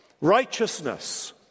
Righteousness